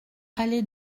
allée